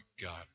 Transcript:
God